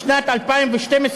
בשנת 2012,